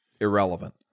irrelevant